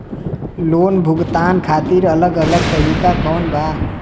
Loan भुगतान खातिर अलग अलग तरीका कौन बा?